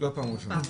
זו לא פעם ראשונה.